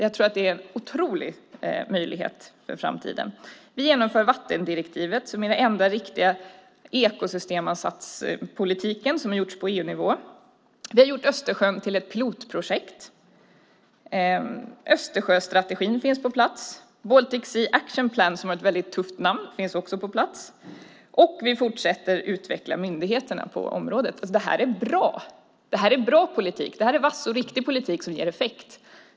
Jag tror att det är en otrolig möjlighet för framtiden. Vi genomför vattendirektivet, som är den enda riktiga ekosystemansatspolitik som drivs på EU-nivå. Vi har gjort Östersjön till ett pilotprojekt. Östersjöstrategin finns på plats. Baltic Sea Action Plan, ett tufft namn, finns också på plats. Dessutom fortsätter vi att utveckla myndigheterna på området. Allt detta är bra. Det är en bra politik, en vass och riktig politik, som ger effekt.